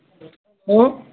hello